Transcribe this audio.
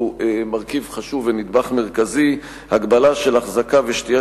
הוא מרכיב חשוב ונדבך מרכזי: הגבלה של החזקה ושתייה